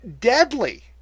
deadly